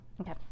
Okay